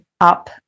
up